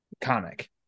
comic